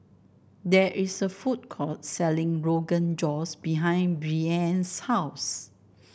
there is a food court selling Rogan Josh behind Breanne's house